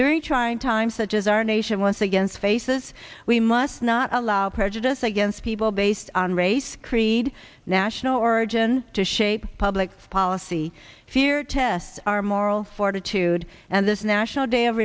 during trying times such as our nation once again faces we must not allow prejudice against people based on race creed national origin to shape public policy fear test our moral fortitude and this national day of